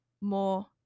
more